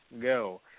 go